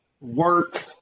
work